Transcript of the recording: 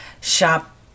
shop